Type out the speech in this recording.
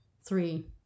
Three